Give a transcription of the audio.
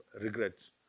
regrets